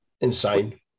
Insane